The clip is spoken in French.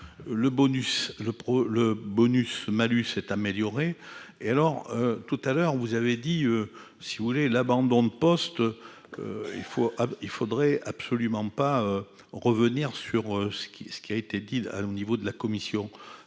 le bonus malus est amélioré et alors tout à l'heure, vous avez dit : si vous voulez, l'abandon de poste, il faut, il faudrait absolument pas revenir sur ce qui ce qui a été dit à l'au niveau de la commission,